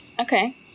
Okay